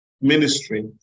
ministry